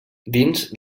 dins